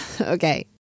Okay